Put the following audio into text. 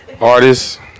artist